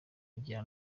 ngira